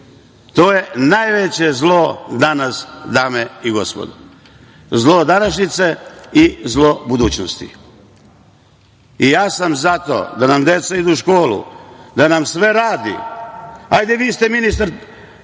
To je najveće zlo danas, dame i gospodo. Zlo današnjice i zlo budućnosti. Ja sam za to da nam deca idu u školu, da nam sve radi. Vi ste ministar